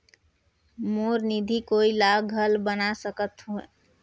मोर निधि कोई ला घल बना सकत हो?